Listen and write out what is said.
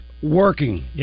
Working